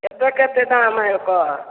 कते कते दाम हय ओकर